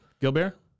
Gilbert